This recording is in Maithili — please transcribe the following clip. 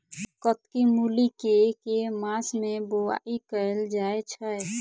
कत्की मूली केँ के मास मे बोवाई कैल जाएँ छैय?